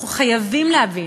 אנחנו חייבים להבין,